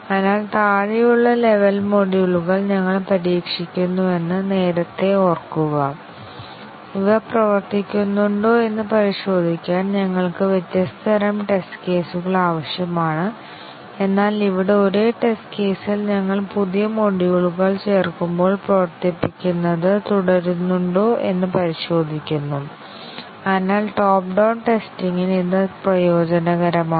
അതിനാൽ താഴെയുള്ള ലെവൽ മൊഡ്യൂളുകൾ ഞങ്ങൾ പരീക്ഷിക്കുന്നുവെന്ന് നേരത്തെ ഓർക്കുക ഇവ പ്രവർത്തിക്കുന്നുണ്ടോയെന്ന് പരിശോധിക്കാൻ ഞങ്ങൾക്ക് വ്യത്യസ്ത തരം ടെസ്റ്റ് കേസുകൾ ആവശ്യമാണ് എന്നാൽ ഇവിടെ ഒരേ ടെസ്റ്റ് കേസിൽ ഞങ്ങൾ പുതിയ മൊഡ്യൂളുകൾ ചേർക്കുമ്പോൾ പ്രവർത്തിപ്പിക്കുന്നത് തുടരുന്നുണ്ടോ എന്ന് പരിശോധിക്കുന്നു അതിനാൽ ടോപ്പ് ഡൌൺ ടെസ്റ്റിങ്ന് ഇത് പ്രയോജനകരമാണ്